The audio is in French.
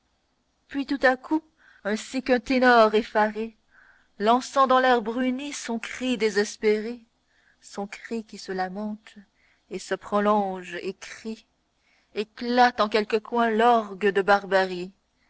puis tout à coup ainsi qu'un ténor effaré lançant dans l'air bruni son cri désespéré son cri qui se lamente et se prolonge et crie éclate en quelque coin l'orgue de barbarie